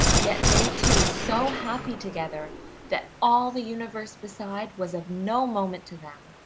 yet they two so happy together that all the universe beside was of no moment to them!